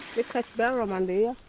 we catch barramundi